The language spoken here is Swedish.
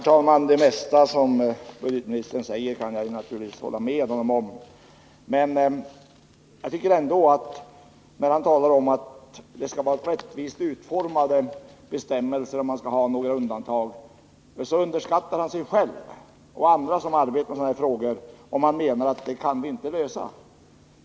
Herr talman! Jag kan naturligtvis hålla med om det mesta som budgetministern säger. Men när han talar om att det skall vara rättvist utformade bestämmelser som skall ligga till grund för undantag, så Nr 136 underskattar han sig själv och andra som arbetar med sådana här frågor om Tisdagen den han därmed menar att man inte kan lösa detta problem.